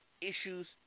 issues